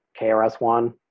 KRS-One